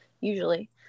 Usually